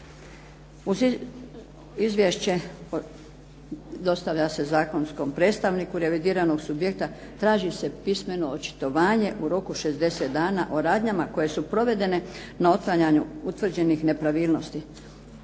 Izvješće dostavlja se zakonskom predstavniku revidiranog subjekta, traži se pismeno očitovanje u roku 60 dana o radnjama koje su proveden na otklanjanju utvrđenih nepravilnosti.